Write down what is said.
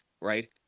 right